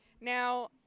now